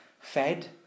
fed